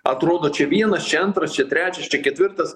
atrodo čia vienas čia antras čia trečias čia ketvirtas